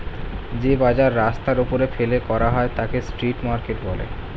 যে বাজার রাস্তার ওপরে ফেলে করা হয় তাকে স্ট্রিট মার্কেট বলে